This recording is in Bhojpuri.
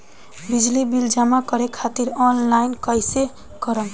बिजली बिल जमा करे खातिर आनलाइन कइसे करम?